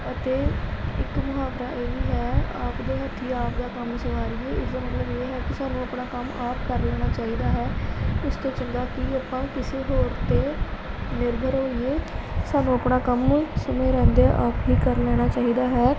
ਅਤੇ ਇੱਕ ਮੁਹਾਵਰਾ ਇਹ ਵੀ ਹੈ ਆਪਣੇ ਹੱਥੀਂ ਆਪਣਾ ਕੰਮ ਸਵਾਰੀਏ ਇਹਦਾ ਮਤਲਬ ਇਹ ਹੈ ਕਿ ਸਾਨੂੰ ਆਪਣਾ ਕੰਮ ਆਪ ਕਰ ਲੈਣਾ ਚਾਹੀਦਾ ਹੈ ਉਸ ਤੋਂ ਚੰਗਾ ਕਿ ਆਪਾਂ ਕਿਸੇ ਹੋਰ 'ਤੇ ਨਿਰਭਰ ਹੋਈਏ ਸਾਨੂੰ ਆਪਣਾ ਕੰਮ ਸਮੇਂ ਰਹਿੰਦਿਆ ਆਪ ਹੀ ਕਰ ਲੈਣਾ ਚਾਹੀਦਾ ਹੈ